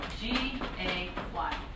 G-A-Y